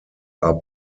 are